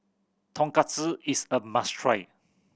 tonkatsu is a must try